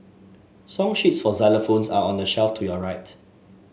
song sheets for xylophones are on the shelf to your right